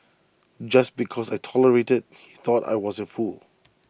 just because I tolerated he thought I was A fool